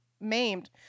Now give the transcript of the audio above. maimed